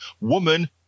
woman